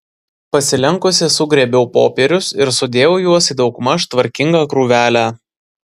pasilenkusi sugrėbiau popierius ir sudėjau juos į daugmaž tvarkingą krūvelę